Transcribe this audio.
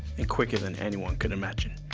and quicker than anyone could imagine.